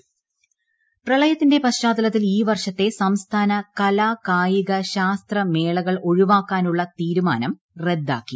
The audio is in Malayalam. ടടടടടടടട മേള പ്രളയത്തിന്റെ പശ്ചാത്തലത്തിൽ ഈ വർഷത്തെ സംസ്ഥാന കലാ കായിക ശാസ്ത്ര മേളകൾ ഒഴിവാക്കാനുള്ള തീരുമാനം റദ്ദാക്കി